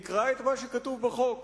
נקרא את מה שכתוב בחוק.